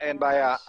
אין בעיה.